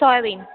soya bean